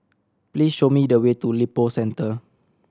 please show me the way to Lippo Centre